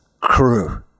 crew